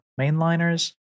mainliners